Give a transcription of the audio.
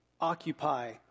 occupy